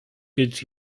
goods